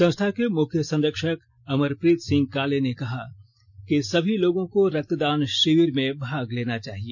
संस्था के मुख्य संरक्षक अमरप्रीत सिंह काले ने कहा कि सभी लोगों को रक्तदान शिविर में भाग लेना चाहिए